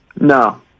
No